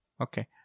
Okay